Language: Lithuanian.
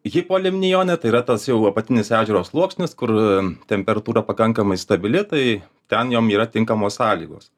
hipolimnione tai yra tas jau apatinis ežero sluoksnis kur temperatūra pakankamai stabili tai ten jom yra tinkamos sąlygos